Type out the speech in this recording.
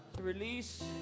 release